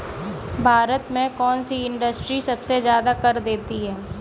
भारत में कौन सी इंडस्ट्री सबसे ज्यादा कर देती है?